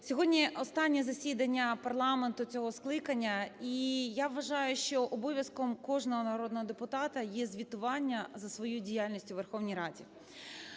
Сьогодні останнє засідання парламенту цього скликання, і я вважаю, що обов'язком кожного народного депутата є звітування за свою діяльність у Верховній Раді.